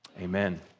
amen